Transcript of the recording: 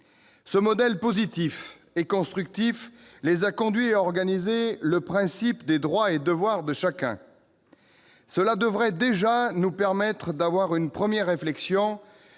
Ce modèle positif et constructif les a conduits à organiser le principe des droits et devoirs de chacun. Cela devrait déjà nous permettre de mener une première réflexion